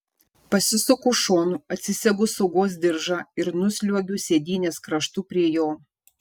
pasisuku šonu atsisegu saugos diržą ir nusliuogiu sėdynės kraštu prie jo